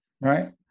Right